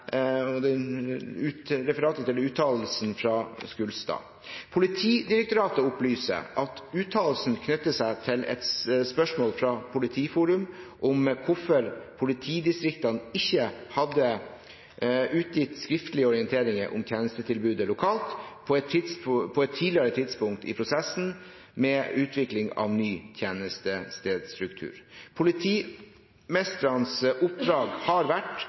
uttalelsen fra Skulstad: Politidirektoratet opplyser at uttalelsen knytter seg til et spørsmål fra Politiforum om hvorfor politidistriktene ikke hadde utgitt skriftlige orienteringer om tjenestetilbudet lokalt på et tidligere tidspunkt i prosessen med utvikling av ny tjenestestedsstruktur. Politimestrenes oppdrag har vært